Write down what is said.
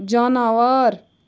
جاناوار